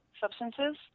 substances